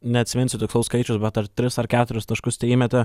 neatsiminsiu tikslaus skaičiaus bet ar tris ar keturis taškus teįmetė